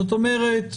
זאת אומרת,